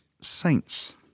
Saints